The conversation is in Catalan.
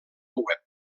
web